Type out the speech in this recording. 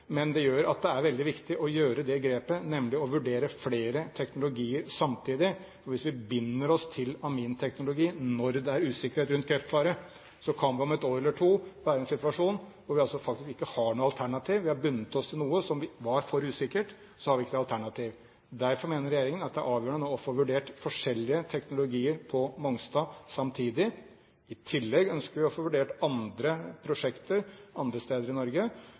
Men det er veldig viktig å gjøre det grepet, nemlig å vurdere flere teknologier samtidig. For hvis vi binder oss til aminteknologi når det er usikkerhet rundt kreftfaren, kan vi om et år eller to være i en situasjon hvor vi faktisk ikke har noe alternativ, vi har bundet oss til noe som var for usikkert, og så har vi ikke noe alternativ. Derfor mener regjeringen at det er avgjørende nå å få vurdert forskjellige teknologier på Mongstad samtidig. I tillegg ønsker vi å få vurdert andre prosjekter andre steder i Norge,